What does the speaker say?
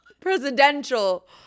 presidential